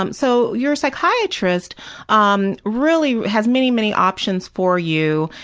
um so your psychiatrist ah um really has many, many options for you,